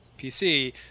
PC